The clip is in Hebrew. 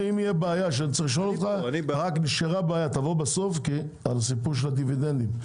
אם תהיה בעיה רק תבוא בסוף על הסיפור של הדיבידנדים.